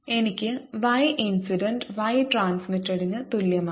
എനിക്ക് y incident y transmitted ന് തുല്യമാണ്